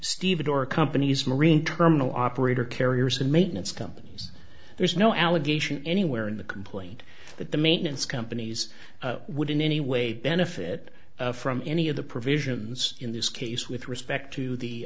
stevedore companies marine terminal operator carriers and maintenance companies there's no allegation anywhere in the complaint that the maintenance companies would in any way benefit from any of the provisions in this case with respect to the